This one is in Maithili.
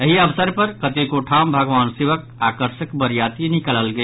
एहि अवसर पर कतेको ठाम भगवान शिवक आकर्षक बरियाति निकालल गेल